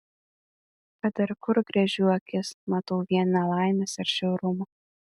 kad ir kur gręžiu akis matau vien nelaimes ir žiaurumą